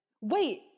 Wait